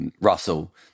Russell